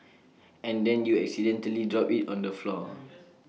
and then you accidentally drop IT on the floor